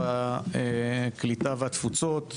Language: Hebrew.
הקליטה והתפוצות,